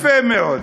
יפה מאוד.